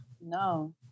no